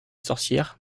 sorcière